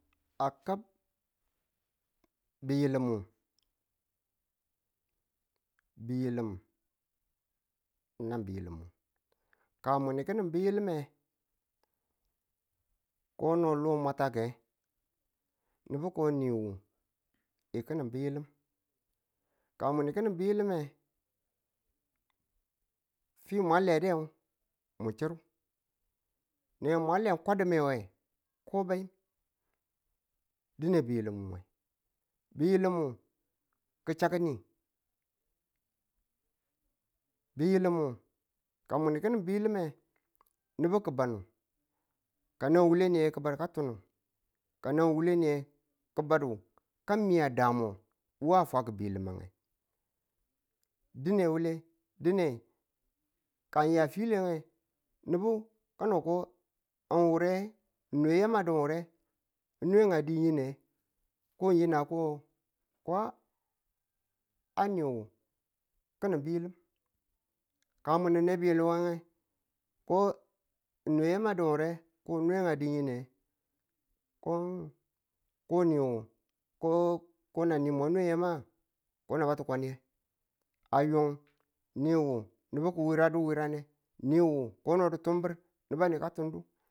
a kam biyilim biyilim nan bilimyu ka mun nge kin bilim me kono lon mwatake nubu ko niwu yi ki̱nin bilim. ka mwan ng kinin bilim nge fi wa ledeng mu chiru ne mwa le kwaduwe me ko bayim dine bilim me nge bilim nge ke chak ni biyilim, ka mwan ng ki̱nin biyilime nubu ki ba ng kano wuleni ki̱badu ka tunu kano wuleni kibadu ka miya damo wa faku bwilime dine wule dine ka ng ya file nge, nubu kano ko ng wure ng nwe yem a du wure ng nwe a di yene ko yene ko ko a niwu ki̱nin bwilim ka mwan ane bilim nge ko ng nwe a diwure ko ng nwe a di yine ko ko niwu ko ko nan ni mwa nwe yema nga? ko naba tukwani ye ayin niwu nubu ku wuraduwurane niwu ko ng di̱tumbiru nubu a ne ka tundu